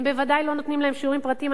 הם ודאי לא נותנים להם שיעורים פרטיים.